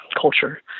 culture